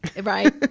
right